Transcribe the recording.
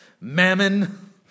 mammon